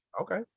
okay